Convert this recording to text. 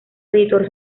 editor